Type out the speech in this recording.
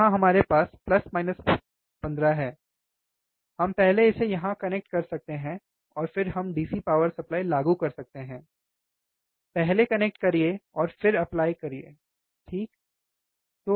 यहां हमारे पास 15 15 है हम पहले इसे यहां कनेक्ट कर सकते हैं और फिर हम DC पावर सप्लाई लागू कर सकते हैं पहले कनेक्ट करिए और फिर अप्लाई करते हैं तो ठीक है